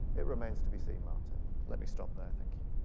it remains to be seen martin. let me stop there, thank you.